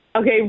Okay